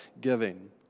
giving